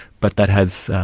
but that has